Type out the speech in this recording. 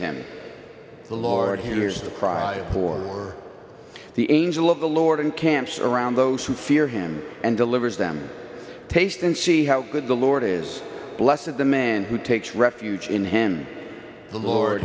the lord hears the cry for the angel of the lord and camps around those who fear him and delivers them taste and see how good the lord is bless of the man who takes refuge in him the lord